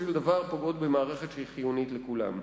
דבר פוגעות במערכת שהיא חיונית לכולם.